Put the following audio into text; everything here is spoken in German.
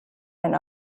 ein